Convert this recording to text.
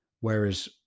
Whereas